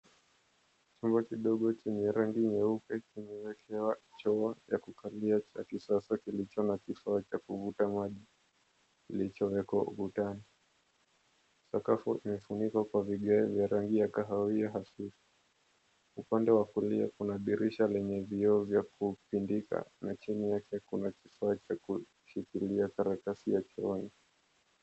Chumba kidogo chenye rangi nyeupe kimewekewa choo cha kukalia cha kisasa kilicho na kifaa cha kuvuta maji kilichowekwa ukutani. Sakafu imefunikwa kwa vigae vya rangi ya kahawia hafifu. Upande wa kulia kuna dirisha lenye vioo vya kupindika na chini yake kuna kifaa cha kushikilia karatasi ya chooni.